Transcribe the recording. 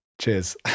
cheers